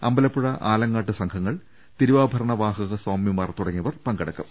അമ്പ ലപ്പുഴ ആലങ്ങാട്ട് സുംഘങ്ങൾ തിരുവാഭരണ വാഹക സ്വാമിമാർ തുടങ്ങിയവർ പങ്കെടുക്കും